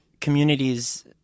communities